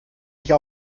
nicht